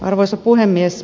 arvoisa puhemies